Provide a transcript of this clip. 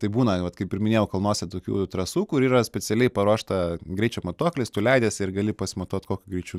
tai būna mat kaip ir minėjau kalnuose tokių trasų kur yra specialiai paruošta greičio matuoklis tu leidiesi ir gali pasimatuoti kokiu greičiu